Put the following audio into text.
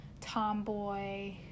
tomboy